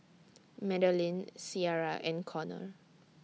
Madelynn Ciarra and Conner